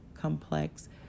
complex